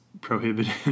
prohibited